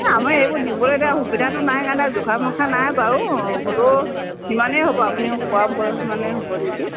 আমি এইবোৰ দিবলৈ এতিয়া সুবিধাটো নাই কাৰণে জোখা মোখা নাই আৰু হ'লেও আপুনি মোক কোৱা বয়সেই হ'ব নেকি